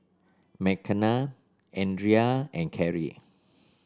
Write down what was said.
Mckenna Adria and Karrie